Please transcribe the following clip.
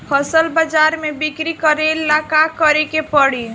फसल बाजार मे बिक्री करेला का करेके परी?